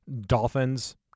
Dolphins